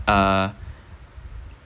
uh